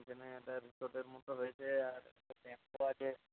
ওইখানে একটা রিসর্টের মতো হয়েছে আর একটা ড্যামও আছে